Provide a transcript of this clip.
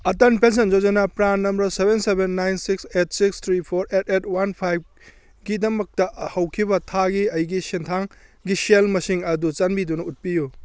Atal pension Yojana PRAN number seven seven nine six eight six three four eight eight one ꯐꯥꯏꯚꯀꯤꯗꯃꯛꯇ ꯍꯧꯈꯤꯕ ꯊꯥꯒꯤ ꯑꯩꯒꯤ ꯁꯦꯟꯊꯥꯡꯒꯤ ꯁꯦꯜ ꯃꯁꯤꯡ ꯑꯗꯨ ꯆꯥꯟꯕꯤꯗꯨꯅ ꯎꯠꯄꯤꯌꯨ